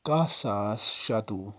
کَہہ ساس شَتوُہ